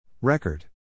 Record